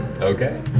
Okay